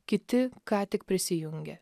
kiti ką tik prisijungė